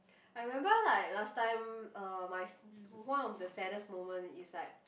I remember like last time uh my one of the saddest moment is like